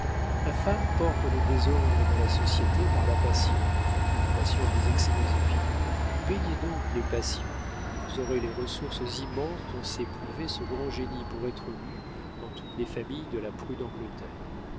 la femme porte le désordre dans la société par la passion la passion a des accidents infinis peignez donc les passions vous aurez les ressources immenses dont s'est privé ce grand génie pour être lu dans toutes les familles de la prude angleterre